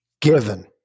given